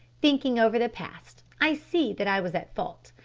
thinking over the past, i see that i was at fault,